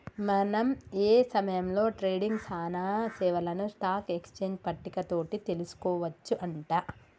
మనం ఏ సమయంలో ట్రేడింగ్ సానా సేవలను స్టాక్ ఎక్స్చేంజ్ పట్టిక తోటి తెలుసుకోవచ్చు అంట